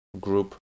group